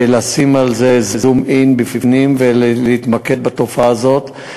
לשים על זה zoom in בפנים ולהתמקד בתופעה הזאת.